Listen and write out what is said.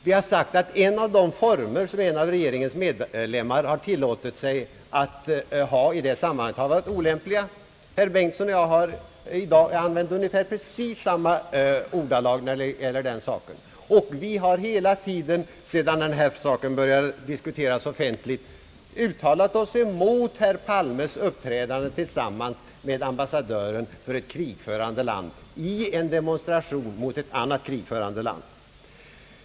Vi har sagt att en av de former, under vilka en av regeringens medlemmar har tillåtit sig att agera i detta sammanhang, har varit olämplig. Herr Bengtson och jag har i dag använt ungefär samma ordalag när det gällt den saken, och vi har hela tiden sedan denna fråga började diskuteras offentligt uttalat oss emot att herr Palme uppträdde tillsammans med ambassadören för ett krigförande land i en demonstration mot ett annat krigförande land.